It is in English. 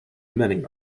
many